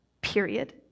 period